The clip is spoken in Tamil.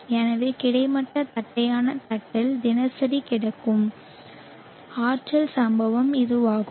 எனவே கிடைமட்ட தட்டையான தட்டில் தினசரி கிடைக்கும் ஆற்றல் சம்பவம் இதுவாகும்